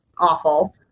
awful